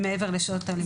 מעבר לשעות הלימודים.